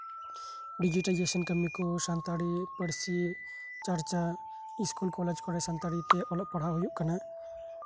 ᱰᱤᱡᱤᱴᱮᱥᱚᱱ ᱠᱟᱹᱢᱤ ᱠᱚ ᱥᱟᱱᱛᱟᱲᱤ ᱯᱟᱹᱨᱥᱤ ᱪᱟᱨᱪᱟ ᱤᱥᱠᱩᱞ ᱠᱚᱞᱮᱡᱽ ᱠᱚᱨᱮ ᱥᱟᱱᱛᱟᱲᱤ ᱯᱟᱹᱨᱥᱤᱛᱮ ᱚᱞᱚᱜ ᱯᱟᱲᱦᱟᱜ ᱦᱩᱭᱩᱜ ᱠᱟᱱᱟ